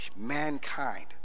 mankind